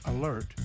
alert